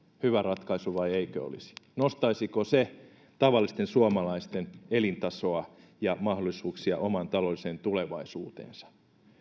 hyvä ratkaisu vai eikö olisi nostaisiko se tavallisten suomalaisten elintasoa ja mahdollisuuksia omaan taloudelliseen tulevaisuuteensa